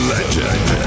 Legend